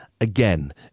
again